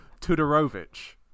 Tudorovic